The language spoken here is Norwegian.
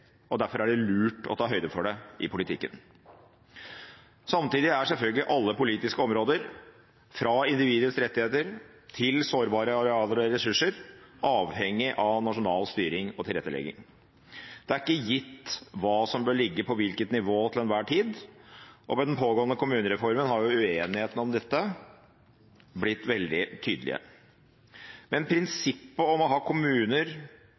Derfor er det lurt å ta høyde for det i politikken. Samtidig er selvfølgelig alle politiske områder, fra individets rettigheter til sårbare arealer og ressurser, avhengig av nasjonal styring og tilrettelegging. Det er ikke gitt hva som til enhver tid bør ligge på hvilket nivå. Ved den pågående kommunereformen har uenighetene om dette blitt veldig tydelige, men prinsippet om å ha